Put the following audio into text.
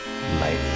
light